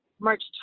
March